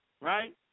right